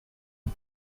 auf